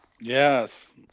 Yes